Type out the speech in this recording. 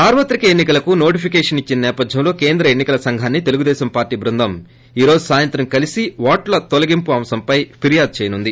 సార్వత్రిక ఎన్ని కలకు నోటిఫికేషన్ ఇచ్చిన నేపథ్యంలో కేంద్ర ఎన్ని కల సంఘాన్ని తెలుగుదేశం పార్లీ బృందం ఈ రోజు సాయంత్రం కలిసి ఓట్ల తొలగింపు అంశంపై ఫిర్యాదు చేయనుంది